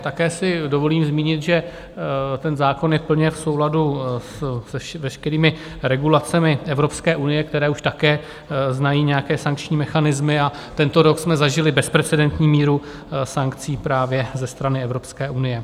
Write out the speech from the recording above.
Také si dovolím zmínit, že ten zákon je plně v souladu s veškerými regulacemi Evropské unie, které už také znají nějaké sankční mechanismy, a tento rok jsme zažili bezprecedentní míru sankcí právě ze strany Evropské unie.